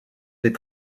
les